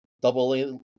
double